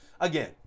Again